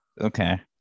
Okay